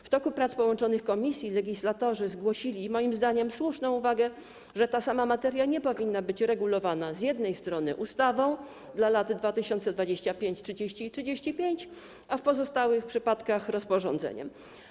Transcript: W toku prac połączonych komisji legislatorzy zgłosili moim zdaniem słuszną uwagę, że ta sama materia nie powinna być regulowana z jednej strony ustawą, dla lat 2025–2030 i 2035, a w pozostałych przypadkach rozporządzeniem.